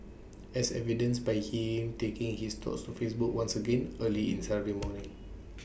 as evidenced by him taking his thoughts to Facebook once again early in Saturday morning